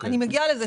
אני מגיעה לזה.